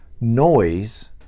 noise